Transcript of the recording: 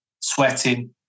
sweating